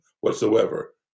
whatsoever